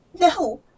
No